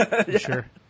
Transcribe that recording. Sure